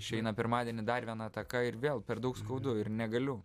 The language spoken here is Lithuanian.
išeina pirmadienį dar viena ataka ir vėl per daug skaudu ir negaliu